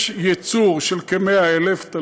יש ייצור של כ-100,000 טונות,